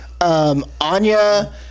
Anya